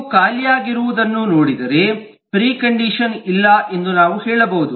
ನೀವು ಖಾಲಿಯಾಗಿರುವುದನ್ನು ನೋಡಿದರೆ ಪ್ರಿಕಂಡಿಷನ್ ಇಲ್ಲ ಎಂದು ನಾವು ಹೇಳಬಹುದು